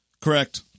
Correct